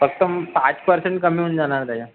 फक्त पाच परसेंट कमी होऊन जाणार त्याच्यात